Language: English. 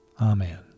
Amen